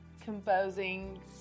composing